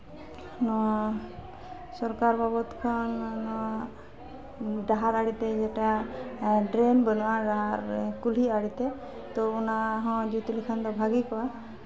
ᱱᱚᱣᱟ ᱥᱚᱨᱠᱟᱨ ᱵᱟᱵᱚᱫ ᱠᱷᱚᱱ ᱱᱚᱣᱟ ᱰᱟᱦᱟᱨ ᱟᱲᱮᱛᱮ ᱡᱮᱴᱟ ᱰᱨᱮᱱ ᱵᱟᱹᱱᱩᱜᱼᱟ ᱡᱟᱦᱟᱸ ᱠᱩᱞᱦᱤ ᱟᱲᱮᱛᱮ ᱛᱳ ᱚᱱᱟᱦᱚᱸ ᱡᱩᱛ ᱞᱮᱠᱷᱟᱱ ᱫᱚ ᱵᱷᱟᱜᱮ ᱠᱚᱜᱼᱟ